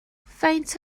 faint